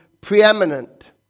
preeminent